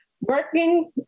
Working